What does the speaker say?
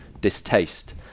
distaste